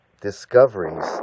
discoveries